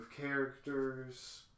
characters